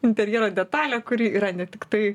interjero detalė kuri yra ne tiktai